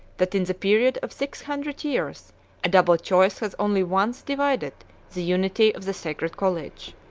that in a period of six hundred years a double choice has only once divided the unity of the sacred college.